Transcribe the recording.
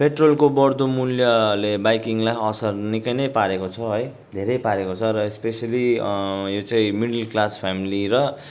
पेट्रोलको बढ्दो मूल्यले बाइकिङलाई असर निकै नै पारेको छ है धेरै पारेको छ र स्पेसियली यो चाहिँ मिडल क्लास फ्यामिली र